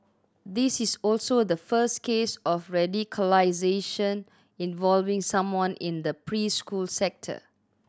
this is also the first case of radicalisation involving someone in the preschool sector